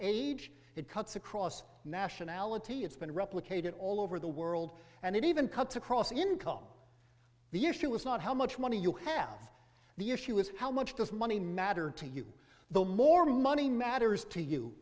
age it cuts across nationality it's been replicated all over the world and it even cuts across income the issue is not how much money you have the issue is how much does money matter to you the more money matters to you